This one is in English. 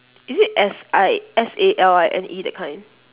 is it S I S A L I N E that kind